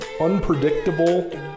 unpredictable